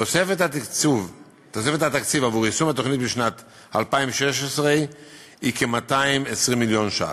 תוספת התקציב עבור יישום התוכנית בשנת 2016 היא כ-220 מיליון שקל.